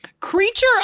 Creature